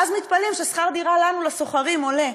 ואז מתפלאים ששכר הדירה לנו, לשוכרים, עולה.